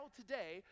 today